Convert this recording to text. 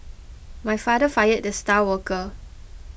my father fired the star worker